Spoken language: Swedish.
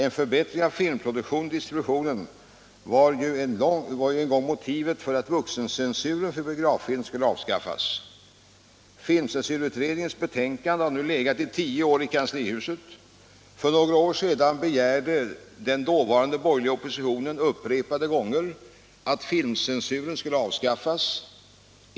En förbättring av filmproduktion och distribution var ju en gång motivet för att vuxencensuren för biograffilm skulle avskaffas. Filmcensurutredningens betänkande har nu legat i tio år i kanslihuset. För några år sedan begärdes upprepade gånger av den dåvarande borgerliga oppositionen att filmcensuren skulle avskaffas.